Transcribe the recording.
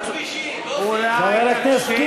לא עושים כבישים,